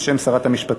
בשם שרת המשפטים.